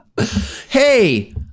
Hey